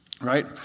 right